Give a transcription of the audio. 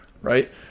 Right